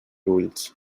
ulls